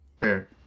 fair